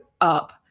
up